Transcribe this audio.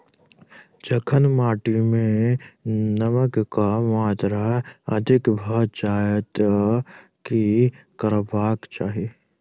जखन माटि मे नमक कऽ मात्रा अधिक भऽ जाय तऽ की करबाक चाहि?